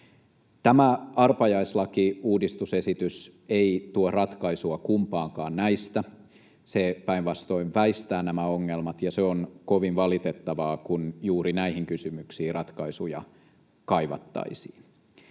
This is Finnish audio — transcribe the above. Tämä arpajaislakiuudistusesitys ei tuo ratkaisua kumpaankaan näistä. Se päinvastoin väistää nämä ongelmat, ja se on kovin valitettavaa, kun juuri näihin kysymyksiin ratkaisuja kaivattaisiin.